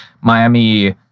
Miami